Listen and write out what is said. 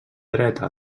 dreta